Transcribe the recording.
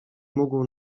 mógł